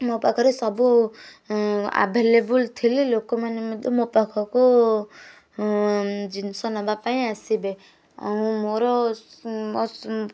ମୋ ପାଖରେ ସବୁ ଆଭେଲେବଲ୍ ଥିଲେ ଲୋକମାନେ ମଧ୍ୟ ମୋ ପାଖକୁ ଜିନିଷ ନେବାପାଇଁ ଆସିବେ ଆଉଁ ମୋର